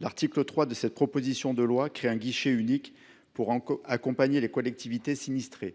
L’article 3 de la présente proposition de loi crée un guichet unique pour accompagner les collectivités sinistrées.